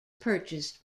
purchased